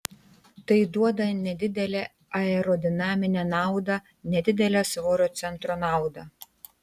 tai duoda nedidelę aerodinaminę naudą nedidelę svorio centro naudą